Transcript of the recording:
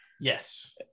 Yes